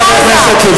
מייצגת אותך פה.